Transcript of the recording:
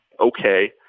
okay